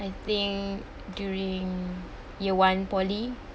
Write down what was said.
I think during year one poly